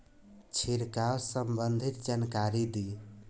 छिड़काव संबंधित जानकारी दी?